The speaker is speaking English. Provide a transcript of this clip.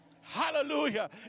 Hallelujah